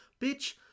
Bitch